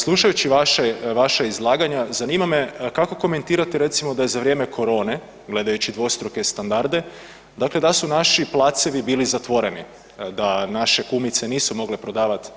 Slušajući vaše, vaša izlaganja, zanima me kako komentirate recimo da je za vrijeme korone gledajući dvostruke standarde, dakle da su naši placevi bili zatvoreni, da naše kumice nisu mogle prodavat